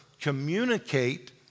Communicate